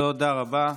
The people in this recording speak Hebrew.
תודה רבה.